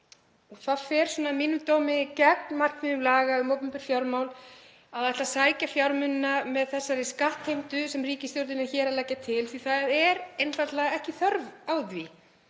Það fer að mínum dómi gegn markmiðum laga um opinber fjármál að ætla að sækja fjármunina með þessari skattheimtu sem ríkisstjórnin er hér að leggja til því að það er einfaldlega ekki þörf á því.